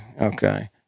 okay